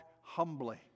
humbly